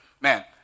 Man